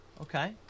Okay